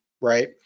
Right